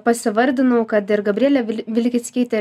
pasivardinau kad ir gabrielė vil vilkitskytė